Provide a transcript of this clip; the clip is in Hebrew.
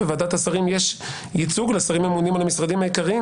בוועדת השרים יש ייצוג לשרים הממונים על המשרדים העיקריים.